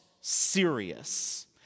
serious